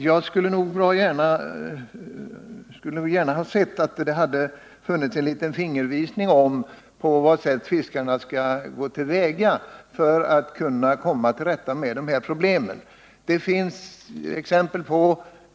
Jag skulle gärna ha sett att det hade funnits en liten fingervisning om hur fiskarna skall gå till väga för att komma till rätta med de här problemen.